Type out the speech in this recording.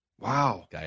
Wow